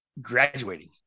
Graduating